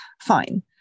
fine